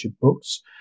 books